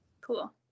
cool